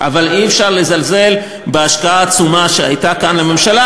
אבל אי-אפשר לזלזל בהשקעה העצומה שהייתה כאן לממשלה.